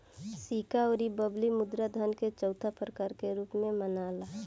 सिक्का अउर बबली मुद्रा धन के चौथा प्रकार के रूप में मनाला